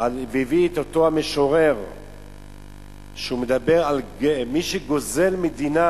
והביא את אותו המשורר שמדבר על מי שגוזל מדינה.